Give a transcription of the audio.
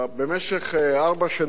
במשך ארבע שנים